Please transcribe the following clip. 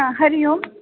हा हरिः ओम्